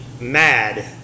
mad